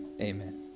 Amen